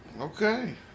Okay